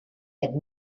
had